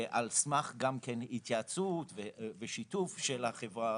על סמך התייעצות ושיתוף של החברה הערבית,